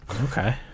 Okay